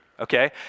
okay